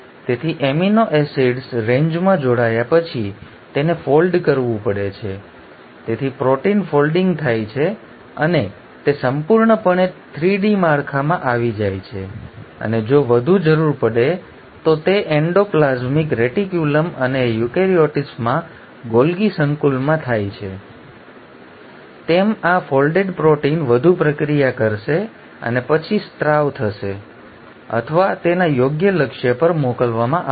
તેથી amino acids રેન્જમાં જોડાયા પછી તેને ફોલ્ડ કરવું પડે છે તેથી પ્રોટીન ફોલ્ડિંગ થાય છે અને તે સંપૂર્ણપણે 3 ડી માળખામાં આવી જાય છે અને જો વધુ જરૂર પડે તો તે એન્ડોપ્લાઝમિક રેટિક્યુલમ અને યુકેરીયોટ્સમાં ગોલગી સંકુલમાં થાય છે તેમ આ ફોલ્ડેડ પ્રોટીન વધુ પ્રક્રિયા કરશે અને પછી સ્ત્રાવ થશે અથવા તેના યોગ્ય લક્ષ્ય પર મોકલવામાં આવશે